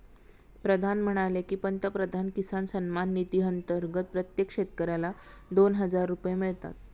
प्रधान म्हणाले की, पंतप्रधान किसान सन्मान निधी अंतर्गत प्रत्येक शेतकऱ्याला दोन हजार रुपये मिळतात